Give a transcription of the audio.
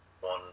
one